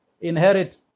inherit